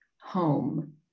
home